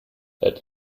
that